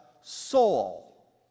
soul